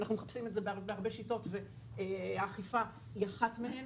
אנחנו מחפשים את זה בהרבה שיטות והאכיפה היא אחת מהן.